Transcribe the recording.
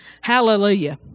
Hallelujah